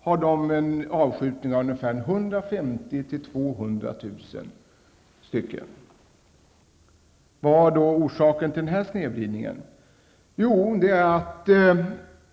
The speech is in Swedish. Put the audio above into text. har en avskjutning på ungefär 150 000-- 200 000 fåglar. Vad är orsaken till denna snedvridning?